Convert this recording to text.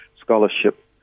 scholarship